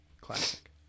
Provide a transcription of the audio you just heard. classic